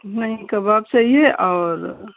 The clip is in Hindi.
नहीं कबाब चाहिए और